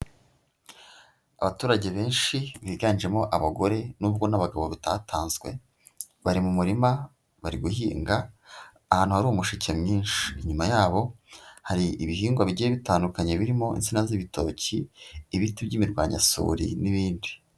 Abaturage benshi biganjemo abagore nubwo n'abagabo batatanzwe, bari mu murima bari guhinga ahantu hari umushike mwinshi, inyuma yabo hari ibihingwa bigiye bitandukanye birimo insina z'ibitoki, ibiti by'imirwanyasuri n'ibindi.